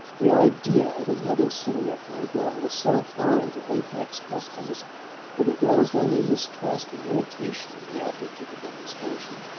the idea of a mother's sitting up for her daughter was so foreign to apex customs that it roused only mistrust and irritation in the object of the demonstration.